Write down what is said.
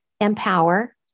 empower